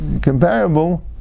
comparable